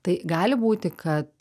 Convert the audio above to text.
tai gali būti kad